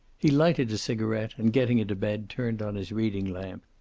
he lighted a cigaret, and getting into bed turned on his reading lamp.